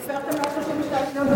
אתה סופר את 132 המיליון,